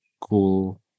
cool